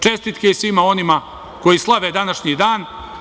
Čestitke i svima onima koji slave današnji dan.